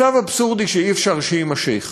מצב אבסורדי שאי-אפשר שיימשך: